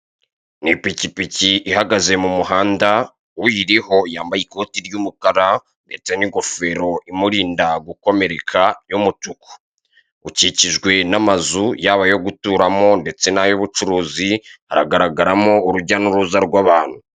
N ipikipiki ihagaze mu muhanda, uyiriho yambaye ikoti ry'umukara, ndetse n'ingofero imurinda gukomereka y'umutuku. Ukikijwe n'amazu yaba ayo guturamo ndetse n'ay'ubucuruzi aragaragaramo urujya n'uruza rw'abantu.